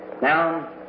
Now